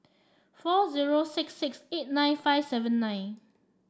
four zero six six eight nine five seven nine